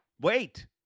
wait